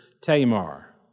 Tamar